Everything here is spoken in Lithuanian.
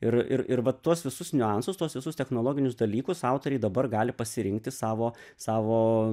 ir ir ir va tuos visus niuansus tuos visus technologinius dalykus autoriai dabar gali pasirinkti savo savo